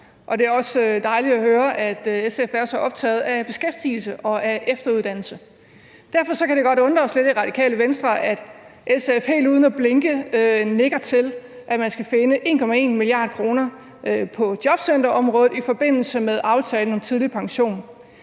det er også dejligt at høre, at SF er så optaget af beskæftigelse og efteruddannelse. Derfor kan det godt undre os lidt i Radikale Venstre, at SF helt uden at blinke nikker til, at man skal finde 1,1 mia. kr. på jobcenterområdet i forbindelse med aftalen om tidlig pension.